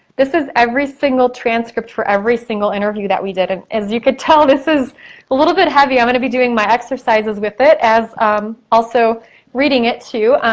this is every single transcript for every single interview that we did and as you can tell, this is a little bit heavy. i'm gonna be doing my exercises with it as also reading it too.